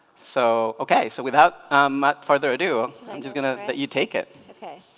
so okay so without much further ado i'm just gonna let you take it okay